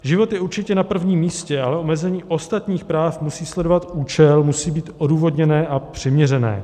Život je určitě na prvním místě, ale omezení ostatních práv musí sledovat účel, musí být odůvodněné a přiměřené.